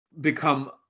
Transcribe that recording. become